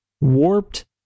warped